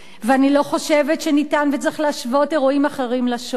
ואני לא חושבת שניתן וצריך להשוות אירועים אחרים לשואה,